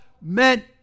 meant